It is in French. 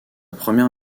première